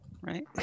right